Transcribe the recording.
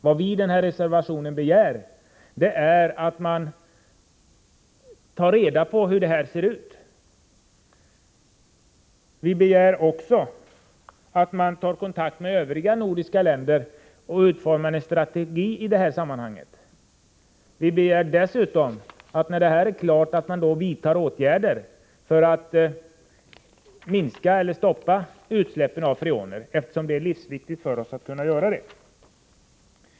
Vad vi begär i denna reservation är att man tar reda på hur det ligger till. Vi begär att man tar kontakt med övriga nordiska länder och utformar en strategi i detta sammanhang. Dessutom begär vi att när detta är klart åtgärder vidtas för att minska eller stoppa utsläppen av freoner, eftersom detta är livsviktigt.